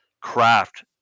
craft